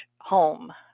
home